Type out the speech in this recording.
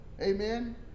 Amen